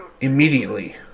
immediately